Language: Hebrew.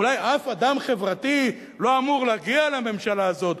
אולי אף אדם חברתי לא אמור להגיע לממשלה הזאת.